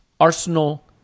Arsenal